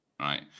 right